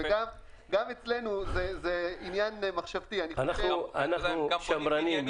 וגם אצלנו זה עניין מחשבתי --- אנחנו שמרנים.